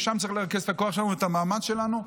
ושם צריך לרכז את הכוח שלנו ואת המאמץ שלנו.